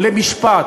למשפט.